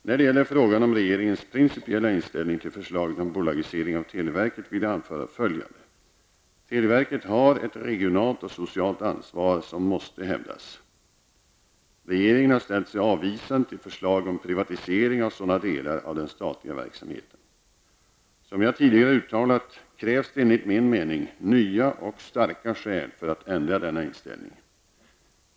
När det gäller frågan om regeringens principiella inställning till förslaget om bolagisering av televerket vill jag anföra följande. Televerket har ett regionalt och socialt ansvar som måste hävdas. Regeringen har ställt sig avvisande till förslag om privatisering av sådana delar av den statliga verksamheten. Som jag tidigare uttalat krävs det enligt min mening nya och starka skäl för att ändra denna inställning.